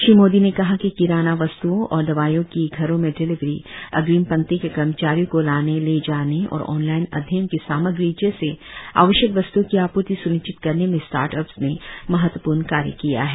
श्री मोदी ने कहा कि किराना वस्त्ओं और दवाइयों की घरों में डिलीवरी अग्रिम पंक्ति के कर्मचारियों को लाने ले जाने और ऑनलाइन अध्ययन की सामग्री जैसे आवश्यक वस्त्ओं की आपूर्ति स्निश्चित करने में स्टार्टअप्स ने महत्वपूर्ण कार्य किया है